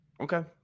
Okay